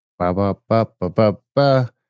Ba-ba-ba-ba-ba-ba